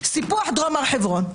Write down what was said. סיפוח דרום הר חברון.